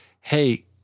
hey